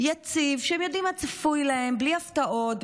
יציב שבו הם יודעים מה צפוי להם בלי הפתעות,